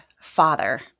father